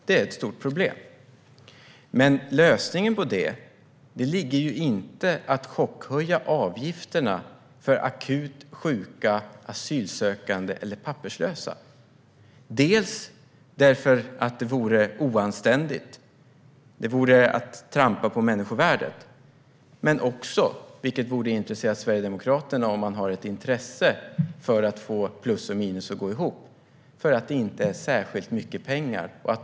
Det är ett stort problem. Men lösningen på det ligger inte i att chockhöja avgifterna för akut sjuka asylsökande eller papperslösa. Det vore oanständigt och att trampa på människovärdet. Men det är också, vilket borde intressera Sverigedemokraterna om de har ett intresse av att få plus och minus att gå ihop, inte särskilt mycket pengar.